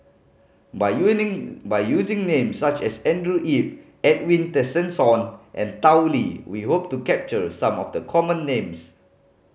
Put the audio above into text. by by using names such as Andrew Yip Edwin Tessensohn and Tao Li we hope to capture some of the common names